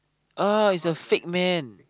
uh is a fake man